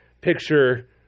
picture